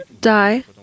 die